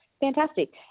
fantastic